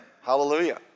Hallelujah